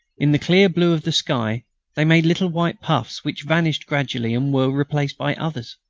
in the clear blue of the sky they made little white puffs which vanished gradually and were replaced by others.